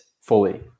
fully